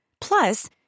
Plus